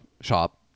shop